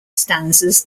stanzas